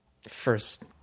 first